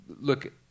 look